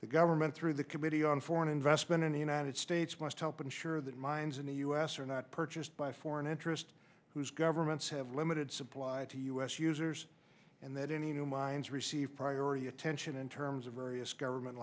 the government through the committee on foreign investment in the united states must help ensure that mines in the u s are not purchased by foreign interests whose governments have limited supply to us users and that any new mines receive priority attention in terms of various government